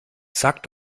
sag